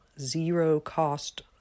zero-cost